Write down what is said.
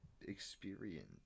experience